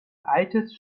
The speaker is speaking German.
altes